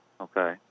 Okay